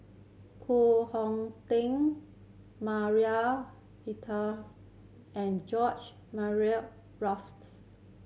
Koh Hong Teng Maria and George